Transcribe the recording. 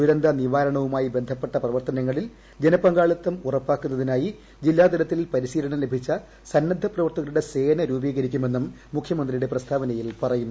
ദുരന്ത നിവാരണവുമായി ബന്ധപ്പെട്ട പ്രവർത്തനങ്ങളിൽ ജനപങ്കാളിത്തം ഉറപ്പാക്കുന്നതിനായി ജില്ലാ തലത്തിൽ പരിശീലനം ലഭിച്ച സന്നദ്ധ പ്രവർത്തകരുടെ സേന രൂപീകരിക്കുമെന്നും മുഖ്യമന്ത്രിയുടെ പ്രസ്താവനയിൽ പറയുന്നു